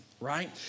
right